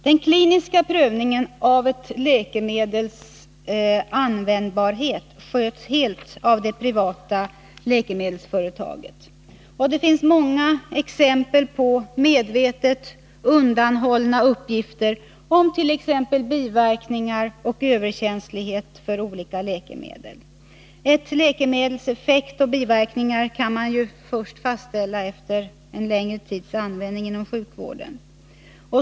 Den kliniska prövningen av ett läkemedels användbarhet sköts helt av det privata läkemedelsföretaget, och det finns många exempel på medvetet undanhållna uppgifter om t.ex. biverkningar av och överkänslighet för olika läkemedel. Ett läkemedels effekt och biverkningar kan ju fastställas först efter en längre tids användning inom sjukvården.